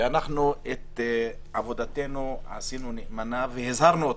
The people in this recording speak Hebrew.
שאנחנו את עבודתנו עשינו נאמנה והזהרנו אתכם.